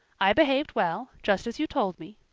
i behaved well, just as you told me.